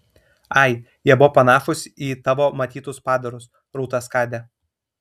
ai jie buvo panašūs į tavo matytus padarus rūta skade